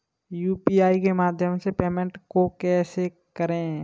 UPI के माध्यम से पेमेंट को कैसे करें?